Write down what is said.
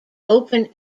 open